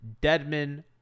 Deadman